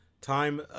time